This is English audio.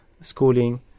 schooling